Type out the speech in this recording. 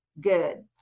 good